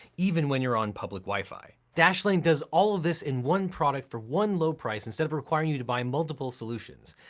even when you're on public wifi. dashlane does all of this in one product for one low price instead of requiring you to buy multiple solutions.